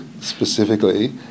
specifically